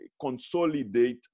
consolidate